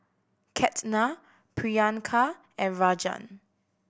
Ketna Priyanka and Rajan